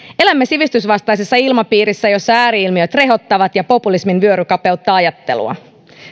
elämme sivistysvastaisessa ilmapiirissä jossa ääri ilmiöt rehottavat ja populismin vyöry kapeuttaa ajattelua